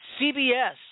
cbs